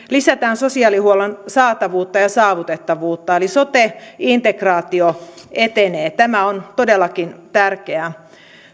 lisätään sosiaalihuollon saatavuutta ja saavutettavuutta eli sote integraatio etenee tämä on todellakin tärkeää